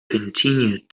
continued